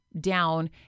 down